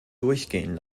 durchgehen